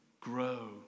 Grow